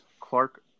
Clark